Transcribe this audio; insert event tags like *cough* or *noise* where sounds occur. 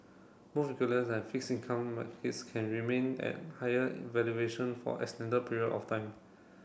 both *unintelligible* and fixed income markets can remain at higher valuation for extended period of time